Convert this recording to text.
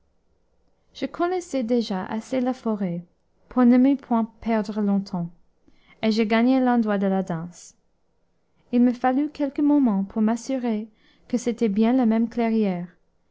je connaissais déjà assez la forêt pour ne m'y point perdre longtemps et je gagnai l'endroit de la danse il me fallut quelques moments pour m'assurer que c'était bien la même clairière